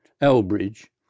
Elbridge